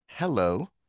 Hello